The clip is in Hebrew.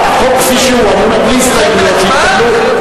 כפי שהוא, בלי הסתייגויות שיתקבלו,